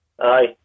Aye